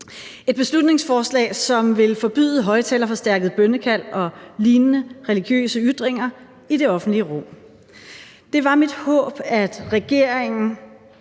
et beslutningsforslag, som vil forbyde højtalerforstærket bønnekald og lignende religiøse ytringer i det offentlige rum. Det var mit håb, at regeringen